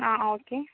ആ ഓക്കെ